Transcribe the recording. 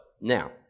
now